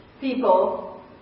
people